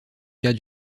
cas